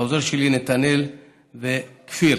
לעוזרים שלי נתנאל וכפיר.